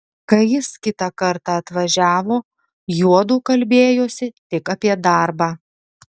kai jis kitą kartą atvažiavo juodu kalbėjosi tik apie darbą